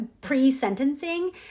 pre-sentencing